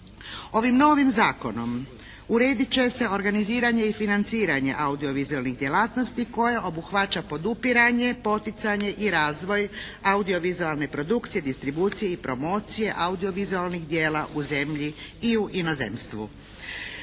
Ovim novim zakonom uredit će se organiziranje i financiranje audiovizualnih djelatnosti koja obuhvaća podupiranje, poticanje i razvoj audiovizualne produkcije, distribucije i promocije audiovizualnih djela u zemlji i u inozemstvu.